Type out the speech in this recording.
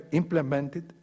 implemented